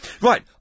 Right